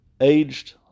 aged